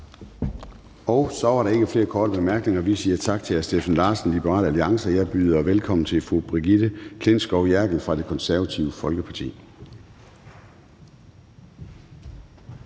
Så var der ikke flere korte bemærkninger. Vi siger tak til hr. Steffen Larsen, Liberal Alliance. Jeg byder velkommen til fru Brigitte Klintskov Jerkel fra Det Konservative Folkeparti.